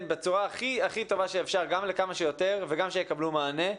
לכמה שיותר בצורה הכי טובה שאפשר וגם שיקבלו מענה.